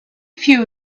few